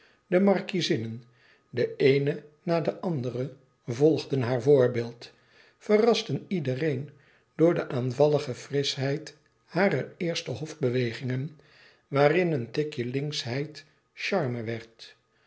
de markiezinnen de eene na de andere volgden haar voorbeeld verrasten iedereen door de aanvallige frisschheid harer eerste hofbewegingen waarin een tikje linksheid charme